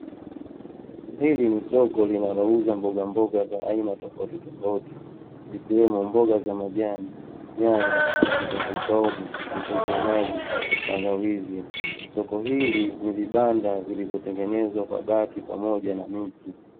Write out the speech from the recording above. Hili ni soko linalouza mbogamboga za aina tofautitofauti, zikiwemo ; mboga za majani, nyanya, vitunguu swaumu, vitunguu maji, tangawizi. Soko hili lina vibanda vilivyotengenezwa kwa bati pamoja na miti.